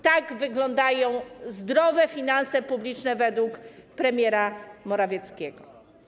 Tak wyglądają zdrowe finanse publiczne według premiera Morawieckiego.